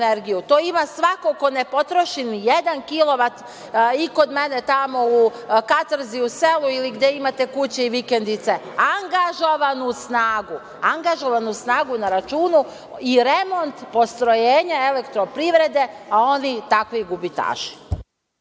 To ima svako ko ne potroši ni jedan kilovat, i kod mene tamo u Katrzi u selu ili gde imate kuće i vikendice, angažovanu snagu na računu i remont postrojenja Elektroprivrede, a oni takvi gubitaši.